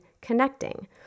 connecting